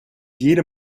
jede